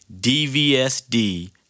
DVSD